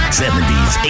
70s